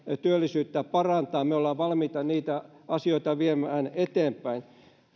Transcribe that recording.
työllisyyttä parantaa me olemme valmiita niitä asioita viemään eteenpäin